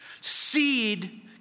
Seed